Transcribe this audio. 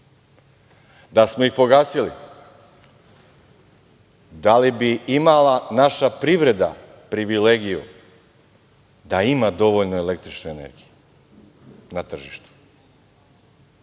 Da smo ih pogasili, da li bi imala naša privreda privilegiju da ima dovoljno električne energije na tržištu?